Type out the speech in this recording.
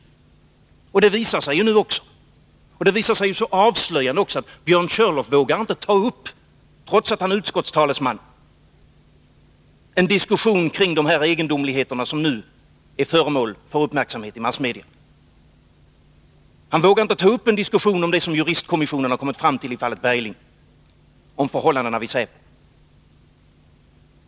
Det visar sig nu också. Det är avslöjande att Björn Körlof, trots att han är utskottstalesman, inte vågar ta upp en diskussion om de egendomligheter som nu är föremål för uppmärksamhet i massmedia. Han vågar inte ta upp en diskussion om vad juristkommissionen har kommit fram till i fallet Bergling och om förhållandena vid säpo.